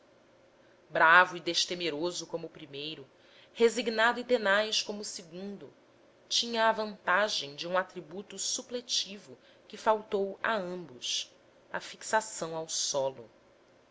bravo e destemeroso como o primeiro resignado e tenaz como o segundo tinha a vantagem de um atributo supletivo que faltou a ambos a fixação ao solo